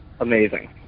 amazing